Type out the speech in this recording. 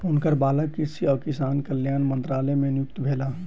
हुनकर बालक कृषि आ किसान कल्याण मंत्रालय मे नियुक्त भेला